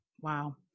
Wow